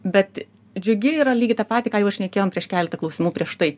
bet džiugi yra lygiai tą patį ką jau ir šnekėjom prieš keleta klausimų prieš tai